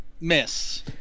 miss